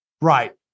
Right